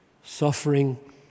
Suffering